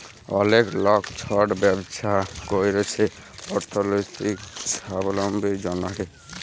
অলেক লক ছট ব্যবছা ক্যইরছে অথ্থলৈতিক ছাবলম্বীর জ্যনহে